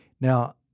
Now